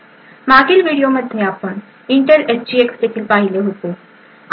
मागील व्हिडिओमध्ये आपण इंटेल एसजीएक्स देखील पाहिले होते